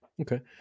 Okay